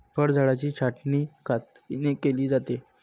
फळझाडांची छाटणी कात्रीने केली जाते